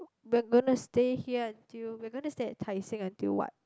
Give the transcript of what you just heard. we're gonna stay here until we're gonna stay at Tai seng until what